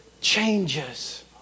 changes